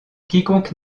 quiconque